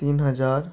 तीन हजार